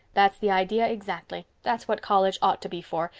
that's the idea exactly. that's what college ought to be for,